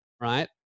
right